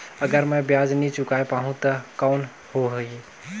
अगर मै ब्याज नी चुकाय पाहुं ता कौन हो ही?